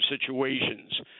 situations